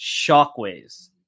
shockwaves